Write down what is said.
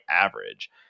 average